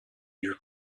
your